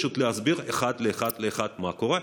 פשוט להסביר אחד לאחד מה קורה.